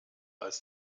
als